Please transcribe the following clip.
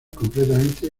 completamente